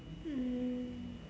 mm